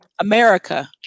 America